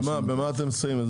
במה אתם מסייעים?